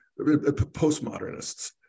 postmodernists